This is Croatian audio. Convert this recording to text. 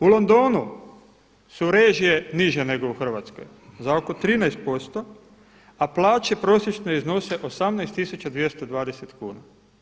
U Londonu su režije niže nego u Hrvatskoj za oko 13% a plaće prosječno iznose 18 220 kuna.